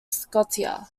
scotia